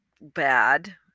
bad